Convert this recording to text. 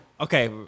Okay